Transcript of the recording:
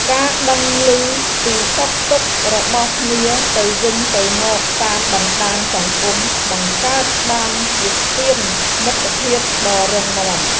ការដឹងឮពីសុខទុក្ខរបស់គ្នាទៅវិញទៅមកតាមបណ្តាញសង្គមបង្កើតបានជាស្ពានមិត្តភាពដ៏រឹងមាំ។